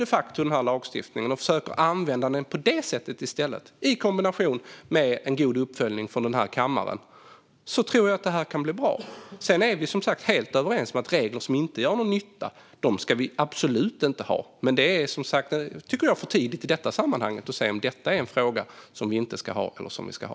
Om man ser lite positivt på det och i stället försöker använda den på det sättet, i kombination med en god uppföljning från den här kammaren, tror jag att det kan bli bra. David Josefsson och jag är som sagt helt överens om att vi absolut inte ska ha regler som inte gör någon nytta. Men i detta sammanhang är det för tidigt att säga att det här är något som vi inte ska ha.